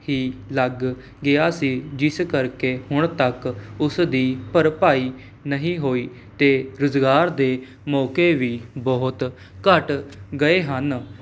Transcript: ਹੀ ਲੱਗ ਗਿਆ ਸੀ ਜਿਸ ਕਰਕੇ ਹੁਣ ਤੱਕ ਉਸ ਦੀ ਭਰਭਾਈ ਨਹੀਂ ਹੋਈ ਅਤੇ ਰੁਜ਼ਗਾਰ ਦੇ ਮੌਕੇ ਵੀ ਬਹੁਤ ਘੱਟ ਗਏ ਹਨ